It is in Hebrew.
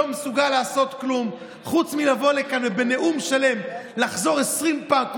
לא מסוגל לעשות כלום חוץ מלבוא לכאן ובנאום שלם לחזור עשרים פעם,